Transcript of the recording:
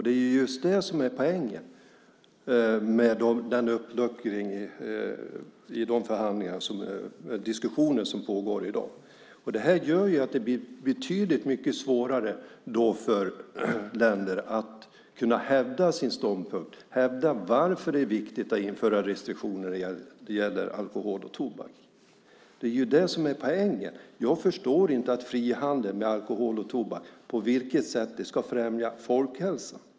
Det är just det som är poängen med uppluckringen i de diskussioner som pågår i dag. Den gör att det blir betydligt svårare för länder att hävda sin ståndpunkt, att hävda att det är viktigt att införa restriktioner när det gäller alkohol och tobak. Det är ju det som är poängen. Jag förstår inte på vilket sätt frihandel med alkohol och tobak ska främja folkhälsan.